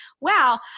wow